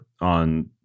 on